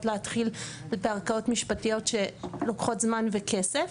להתחיל בערכאות משפטיות שלוקחות זמן וכסף.